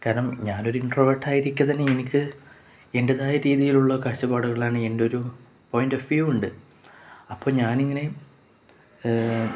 കാരണം ഞാനൊരു ഇൻട്രോവെർട്ടായിരിക്കെത്തന്നെ എനിക്ക് എന്റേതായ രീതിയിലുള്ള കാഴ്ചപ്പാടുകളാണ് എന്റെയൊരു പോയിന്റ് ഓഫ് വ്യൂ ഉണ്ട് അപ്പോള് ഞാനിങ്ങനെ